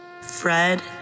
Fred